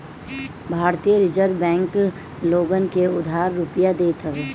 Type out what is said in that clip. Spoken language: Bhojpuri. भारतीय रिजर्ब बैंक लोगन के उधार रुपिया देत हवे